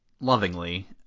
lovingly